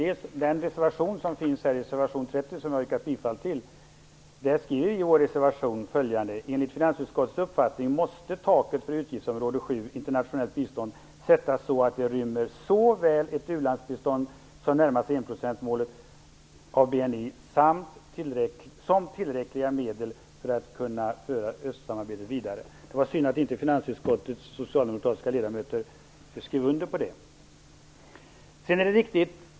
I reservation 30, som jag har yrkat bifall till, skriver vi följande: "Enligt finansutskottets uppfattning måste taket för utgiftsområde 7, Internationellt bistånd, sättas så att det rymmer såväl ett u-landsbistånd som närmar sig 1 % av BNI som tillräckliga medel för att kunna föra Östeuropasamarbetet vidare." Det var synd att inte finansutskottets socialdemokratiska ledamöter skrev under på det.